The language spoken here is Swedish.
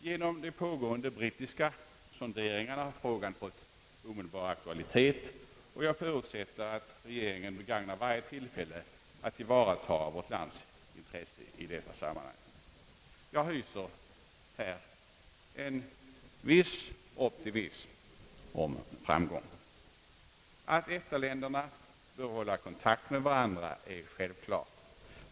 Genom de pågående brittiska sonderingarna har frågan fått omedelbar aktualitet, och jag förutsätter att regeringen begagnar varje tillfälle att tillvarata vårt lands intressen i detta sammanhang. Jag hyser en viss optimism och hoppas på framgång. Att EFTA-länderna bör hålla kontakt med varandra är självklart.